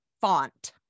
font